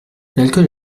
l’alcool